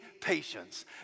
patience